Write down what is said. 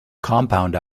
compound